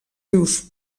rius